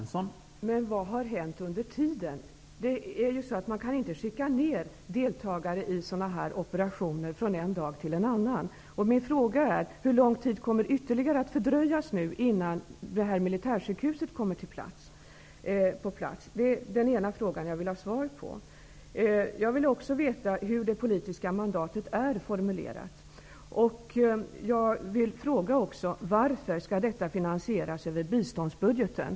Herr talman! Men vad har hänt under tiden? Man kan inte skicka ner deltagare i sådana här operationer från en dag till en annan. Min fråga är: Hur mycket kommer detta ytterligare att fördröjas innan militärsjukhuset kommer på plats? Det är den ena frågan. Jag vill också veta hur det politiska mandatet är formulerat. Varför skall detta finansieras över biståndsbudgeten?